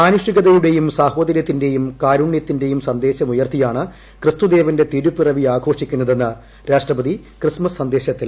മാനുഷികതയുടേയും സാഹോദര്യത്തിന്റേയും കാരുണ്യത്തിന്റേയും സന്ദേശമുയർത്തിയാണ് ക്രിസ്തുദേവന്റെ തിരുപിറവി ആഘോഷിക്കുന്നതെന്ന് രാഷ്ട്രപതി ക്രിസ്മസ് സന്ദേശത്തിൽ പറഞ്ഞു